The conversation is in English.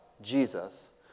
Jesus